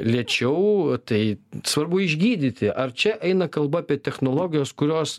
lėčiau tai svarbu išgydyti ar čia eina kalba apie technologijos kurios